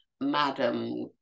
madam